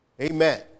Amen